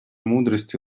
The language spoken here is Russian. мудрости